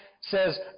says